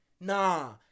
nah